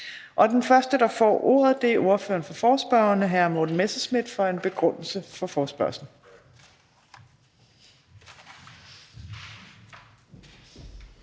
Den første, der får ordet, er ordføreren for forespørgerne hr. Morten Messerschmidt for en begrundelse af forespørgslen.